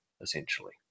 essentially